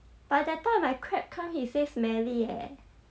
but that time my crab come he says smelly eh